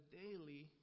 daily